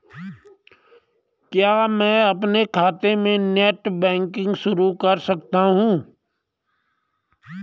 क्या मैं अपने खाते में नेट बैंकिंग शुरू कर सकता हूँ?